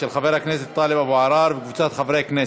של חבר הכנסת טלב אבו עראר וקבוצת חברי כנסת.